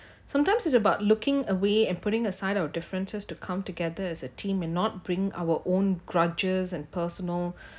sometimes it's about looking away and putting aside our differences to come together as a team and not bring our own grudges and personal